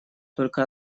только